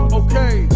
okay